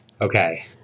Okay